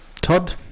todd